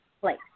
place